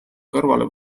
kõrvale